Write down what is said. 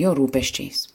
jo rūpesčiais